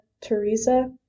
Teresa